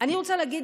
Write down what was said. אני רוצה להגיד